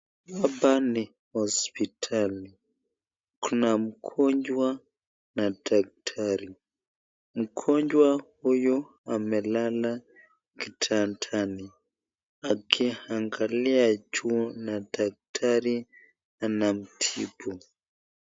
Hapa ni hospitali, kuna mgonjwa na daktari, mgonjwa huyu amelala kitandani akiangalia juu na daktari anamtibu.